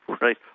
right